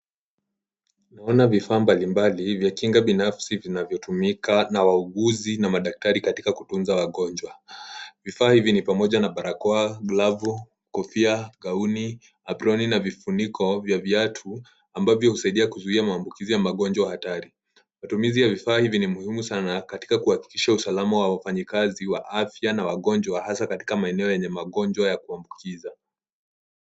Naona vifaa mbalimbali vya kinga binafsi vinavyotumika na wauguzi na madaktari katika kutunza wagonjwa. Vifaa hivi ni pamoja na barakoa, glavu, kofia, gauni, aproni na vifuniko vya viatu ambavyo husaidia kuzuia maambukizi ya magonjwa hatari. Matumizi ya vifaa hivi ni muhimu sana katika kuhakikisha usalama wa wafanyakazi wa afya na wagonjwa, hasa katika maeneo yenye magonjwa ya kuambukiza.